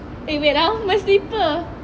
eh wait ah my slipper